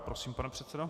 Prosím, pane předsedo.